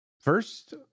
first